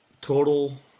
total